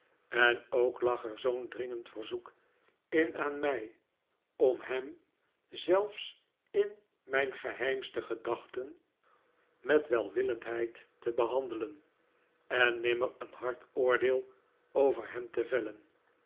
en ook lag er zoo'n dringend verzoek in aan mij om hem zelfs in mijn geheimste gedachten met welwillendheid te behandelen en nimmer een hard oordeel over hem te vellen